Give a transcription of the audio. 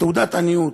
תעודת עניות.